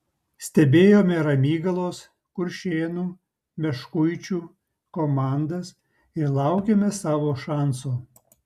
stebėjome ramygalos kuršėnų meškuičių komandas ir laukėme savo šanso